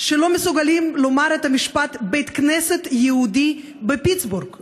שלא מסוגלים לומר את המשפט: בית כנסת יהודי בפיטסבורג.